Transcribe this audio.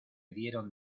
dieron